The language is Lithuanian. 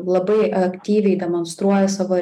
labai aktyviai demonstruoja savo